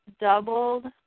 doubled